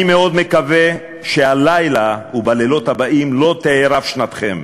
אני מאוד מקווה שהלילה ובלילות הבאים לא תערב שנתכם.